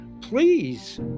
please